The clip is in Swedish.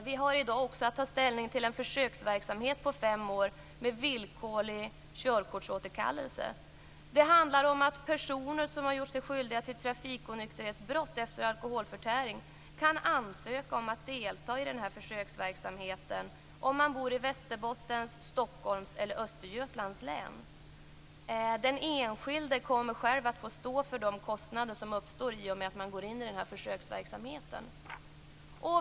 Vi har i dag också att ta ställning till en försöksverksamhet på fem år med villkorlig körkortsåterkallelse. Det handlar om att personer som har gjort sig skyldiga till trafikonykterhetsbrott efter alkoholförtäring kan ansöka om att delta i denna försöksverksamhet om de bor i Västerbottens, Stockholms eller Östergötlands län. Den enskilde kommer själv att få stå för de kostnader som uppstår i och med att han eller hon går in i denna försöksverksamhet.